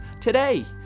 today